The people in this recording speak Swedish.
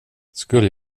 skulle